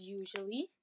usually